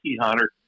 Hunter